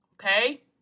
okay